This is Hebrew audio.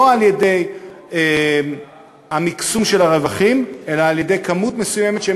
לא על-ידי מקסום הרווחים אלא על-ידי כמות מסוימת שהם